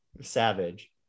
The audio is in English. Savage